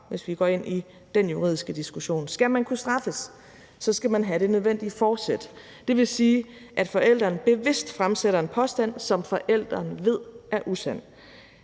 hvis vi går ind i dén juridiske diskussion. Skal man kunne straffes, skal man have det nødvendige forsæt, og det vil sige, at forælderen bevidst fremsætter en påstand, som forælderen ved er usand.